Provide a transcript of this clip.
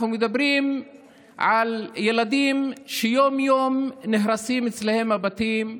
אנחנו מדברים על ילדים שיום-יום נהרסים אצלם הבתים,